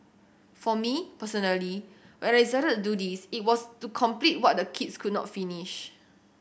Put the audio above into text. for me personally when I decided to do this it was to complete what the kids could not finish